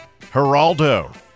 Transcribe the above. Geraldo